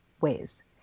ways